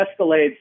Escalades